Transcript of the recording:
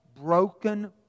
Broken